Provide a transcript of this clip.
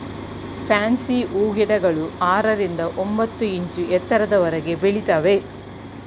fancy ಹೂಗಿಡಗಳು ಆರರಿಂದ ಒಂಬತ್ತು ಇಂಚು ಎತ್ತರದವರೆಗೆ ಬೆಳಿತವೆ